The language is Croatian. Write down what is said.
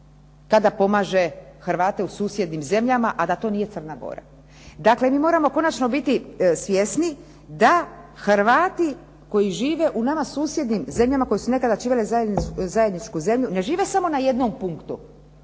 kada pomaže Hrvate u susjednim zemljama, a da to nije Crna Gora. Dakle, mi moramo konačno biti svjesni da Hrvati koji žive nama u susjednim zemljama koji su nekada činili zajedničku zemlju, ne žive samo na jednom punktu,